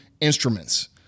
instruments